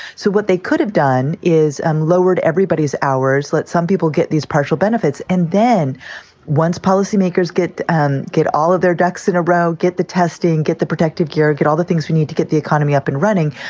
so what they could have done is and lowered everybody's hours, let some people get these partial benefits. and then once policymakers get and get all of their ducks in a row, get the testing and get the protective gear, get all the things we need to get the economy up and running.